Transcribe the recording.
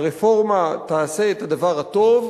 שהרפורמה תעשה את הדבר הטוב: